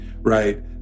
right